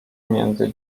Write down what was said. między